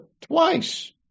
twice